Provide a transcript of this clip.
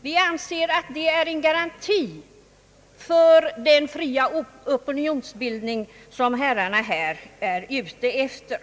Vi anser det vara en garanti för den fria opinionsbildning, som herrarna här är ute efter.